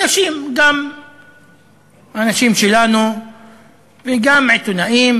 גם אנשים שלנו וגם עיתונאים: